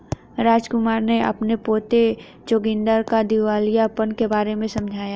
रामकुमार ने अपने पोते जोगिंदर को दिवालियापन के बारे में समझाया